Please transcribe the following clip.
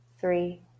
three